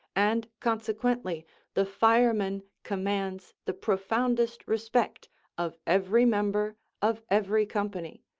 and consequently the fireman commands the profoundest respect of every member of every company,